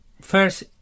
first